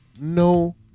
No